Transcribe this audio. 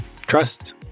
trust